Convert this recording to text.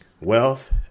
Wealth